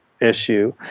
issue